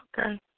okay